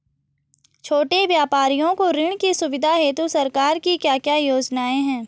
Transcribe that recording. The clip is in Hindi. छोटे व्यापारियों को ऋण की सुविधा हेतु सरकार की क्या क्या योजनाएँ हैं?